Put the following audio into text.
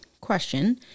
question